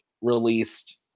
released